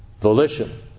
volition